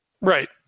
right